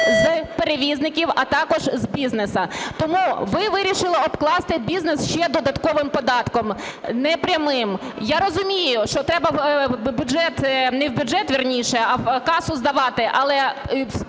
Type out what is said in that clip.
з перевізників, а також з бізнесу. Тому ви вирішили обкласти бізнес ще додатковим податком непрямим. Я розумію, що треба в бюджет... не в бюджет, вірніше, а в касу здавати. Але